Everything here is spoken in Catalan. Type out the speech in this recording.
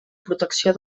protecció